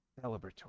celebratory